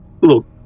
Look